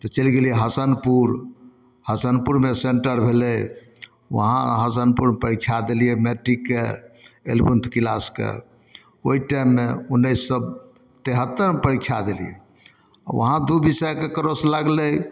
तऽ चलि गेलियै हसनपुर हसनपुरमे सेन्टर भेलै वहाँ हसनपुर परीक्षा देलियै मैट्रिकके एलेवेन्थ क्लासके ओहि टाइममे ऊन्नैस सए तिहत्तरिमे परीक्षा देलियै वहाँ दू विषयके क्रॉस लागलै